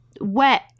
wet